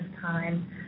time